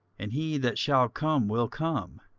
and he that shall come will come,